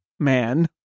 Man